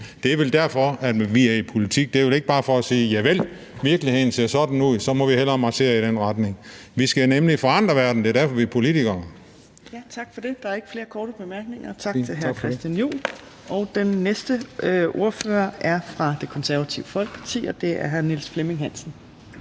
Det er vel derfor, vi er i politik. Det er vel ikke bare for at sige: Javel, virkeligheden ser sådan ud, så må vi hellere marchere i den retning. Vi skal nemlig forandre verden. Det er derfor, vi er politikere. Kl. 17:33 Fjerde næstformand (Trine Torp): Tak for det. Der er ikke flere korte bemærkninger. Og tak til hr. Christian Juhl. Den næste ordfører er fra Det Konservative Folkeparti, og det er hr. Niels Flemming Hansen.